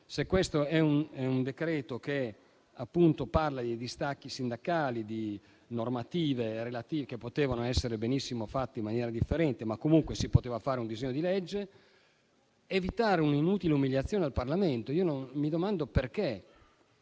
Se questo è un decreto che parla di distacchi sindacali, di normative che potevano benissimo essere fatte in maniera differente, comunque si poteva fare un disegno di legge ed evitare un'inutile umiliazione al Parlamento. Mi sto chiedendo perché